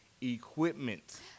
equipment